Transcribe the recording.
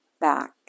back